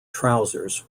trousers